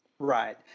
Right